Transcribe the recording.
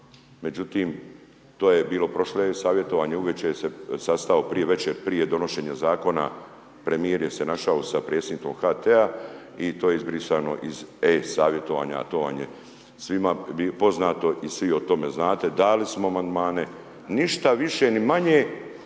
Međutim, to je bilo prošlo je savjetovanje, uvečer se sastao, prije večer, prije donošenja Zakona, premijer je se našao sa predsjednikom HT-a i to je izbrisano iz e-savjetovanja, a to vam je svima poznato i svi o tome znate, dali smo amandmane, ništa više, ni manje,